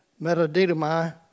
metadidomai